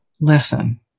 listen